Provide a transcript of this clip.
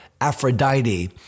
Aphrodite